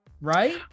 right